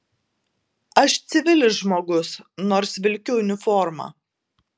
aš civilis žmogus nors vilkiu uniformą